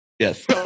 Yes